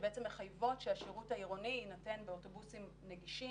שמחייבות שהשירות העירוני יינתן באוטובוסים נגישים,